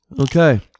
Okay